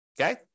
okay